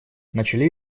начали